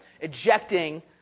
ejecting